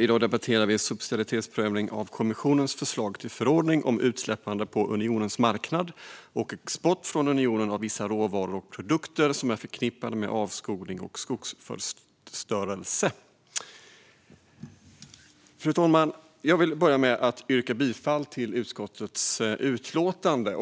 I dag debatterar vi subsidiaritetsprövning av kommissionens förslag till förordning om utsläppande på unionens marknad och export från unionen av vissa råvaror och produkter som är förknippade med avskogning och skogsförstörelse. Fru talman! Jag vill börja med att yrka bifall till utskottets förslag i utlåtandet.